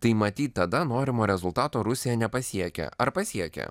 tai matyt tada norimo rezultato rusija nepasiekia ar pasiekia